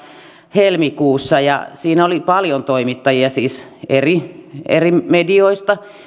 helmikuussa ja siinä oli paljon toimittajia siis eri eri medioista